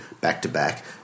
back-to-back